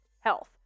Health